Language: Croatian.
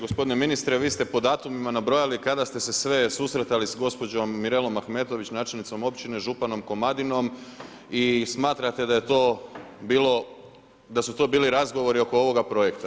Gospodin ministre, vi ste po datumima nabrojali kada ste se sve susretali sa gospođom Mirelom Mahmetović, načelnicom općine, županom Komadinom i smatrate da je to bilo da su to bili razgovori oko ovoga projekta.